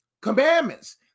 commandments